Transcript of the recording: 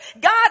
God